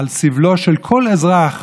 על סבלו של כל אזרח,